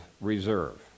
reserve